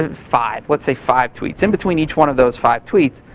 ah five, let's say five tweets. in between each one of those five tweets,